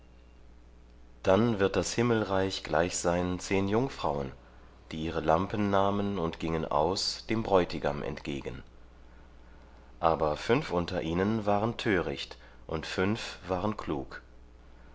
dann wird das himmelreich gleich sein zehn jungfrauen die ihre lampen nahmen und gingen aus dem bräutigam entgegen aber fünf unter ihnen waren töricht und fünf waren klug